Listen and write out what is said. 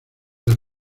las